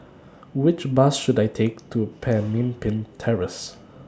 Which Bus should I Take to Pemimpin Terrace